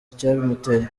icyabimuteye